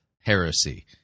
heresy